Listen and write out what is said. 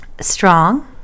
strong